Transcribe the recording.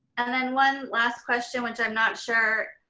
and then one last question, which i'm not sure